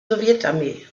sowjetarmee